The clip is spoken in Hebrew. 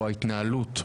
או ההתנהלות,